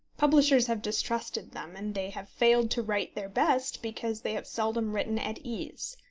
publishers have distrusted them, and they have failed to write their best because they have seldom written at ease.